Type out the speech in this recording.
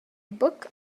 book